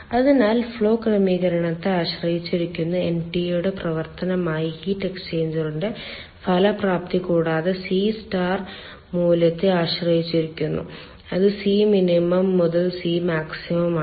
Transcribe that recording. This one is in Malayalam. അതിനാൽ ഫ്ലോ ക്രമീകരണത്തെ ആശ്രയിച്ചിരിക്കുന്ന NTU യുടെ പ്രവർത്തനമായ ഹീറ്റ് എക്സ്ചേഞ്ചറിന്റെ ഫലപ്രാപ്തി കൂടാതെ c സ്റ്റാർ മൂല്യത്തെ ആശ്രയിച്ചിരിക്കുന്നു അത് c മിനിമം മുതൽ c മാക്സിമം ആണ്